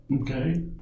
Okay